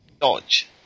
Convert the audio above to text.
dodge